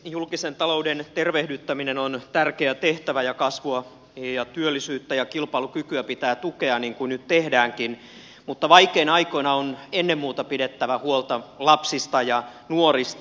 julkisen talouden tervehdyttäminen on tärkeä tehtävä ja kasvua ja työllisyyttä ja kilpailukykyä pitää tukea niin kuin nyt tehdäänkin mutta vaikeina aikoina on ennen muuta pidettävä huolta lapsista ja nuorista